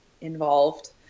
involved